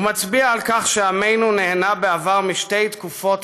הוא מצביע על כך שעמנו נהנה בעבר משתי תקופות